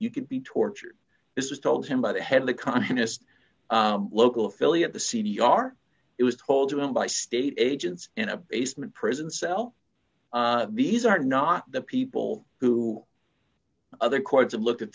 you could be tortured this is told him by the head of the communist local affiliate the c v r it was told to him by state agents in a basement prison cell these are not the people who other quotes and looked at